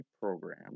program